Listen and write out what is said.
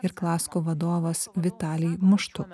ir klasco vadovas vitalij muštuk